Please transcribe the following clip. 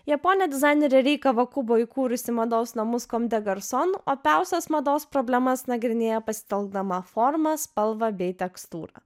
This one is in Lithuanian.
japonė dizainerė rei kavakubo įkūrusi mados namus komdegarson opiausias mados problemas nagrinėja pasitelkdama formą spalvą bei tekstūrą